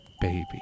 baby